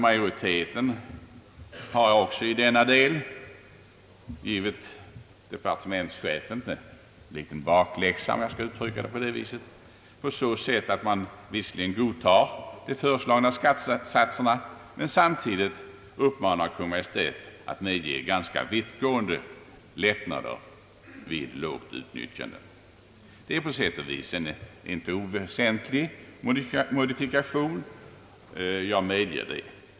Majoriteten har också i denna del givit departementschefen en liten bakläxa — om jag så får uttrycka mig — på så sätt, att man visserligen godtar de föreslagna skattesatserna men samtidigt uppmanar Kungl. Maj:t att medge ganska vittgående lättnader vid lågt utnyttjande. Det är på sätt och vis en inte oväsentlig modifikation, jag medger det.